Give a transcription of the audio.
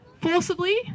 forcibly